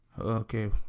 Okay